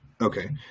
Okay